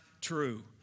true